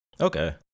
okay